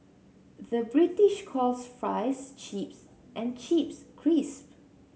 the British calls fries chips and chips crisp